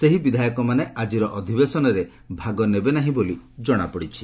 ସେହି ବିଧାୟକମାନେ ଆଜିର ଅଧିବେଶନରେ ଭାଗ ନେବେ ନାହିଁ ବୋଲି ଜଣାପଡ଼ିଛି